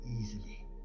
easily